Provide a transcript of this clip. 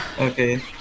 okay